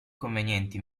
conveniente